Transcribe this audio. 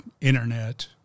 internet